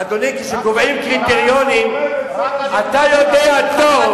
אדוני, כשקובעים קריטריונים, אתה יודע טוב,